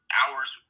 hours